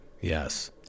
Yes